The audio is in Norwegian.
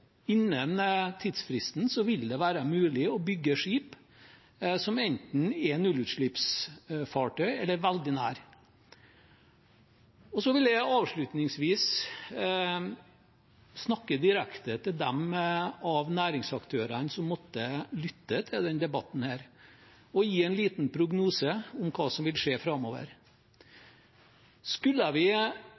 innen tidsfristen vil være mulig å bygge skip som enten er nullutslippsfartøy eller veldig nær. Avslutningsvis vil jeg snakke direkte til dem av næringsaktørene som måtte lytte til denne debatten, og gi en liten prognose om hva som vil skje framover. Skulle vi